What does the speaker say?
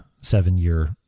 seven-year